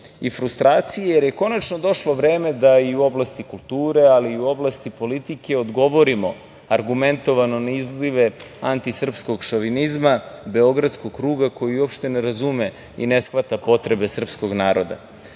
i frustracije, jer je konačno došlo vreme da i u oblasti kulture, ali i u oblasti politike odgovorimo argumentovano na izlive antisrpskog šovinizma, beogradskog kruga, koji uopšte ne razume i ne shvata potrebe srpskog naroda.